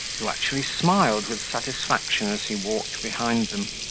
who actually smiled with satisfaction as he walked behind them.